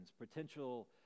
potential